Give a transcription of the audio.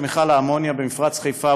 של מכל האמוניה במפרץ חיפה,